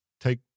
take